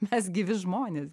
mes gyvi žmonės